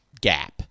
gap